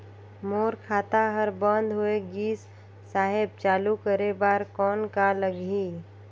मोर खाता हर बंद होय गिस साहेब चालू करे बार कौन का लगही?